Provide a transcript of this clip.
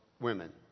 women